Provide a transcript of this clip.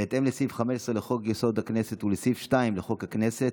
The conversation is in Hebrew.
בהתאם לסעיף 15 לחוק-יסוד: הכנסת ולסעיף 2 לחוק הכנסת,